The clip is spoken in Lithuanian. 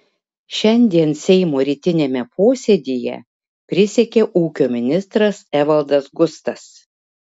šiandien seimo rytiniame posėdyje prisiekė ūkio ministras evaldas gustas